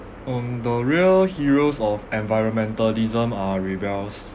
um the real heroes of environmentalism are rebels